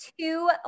two